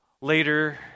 later